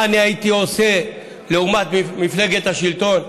מה אני הייתי עושה לעומת מפלגת השלטון.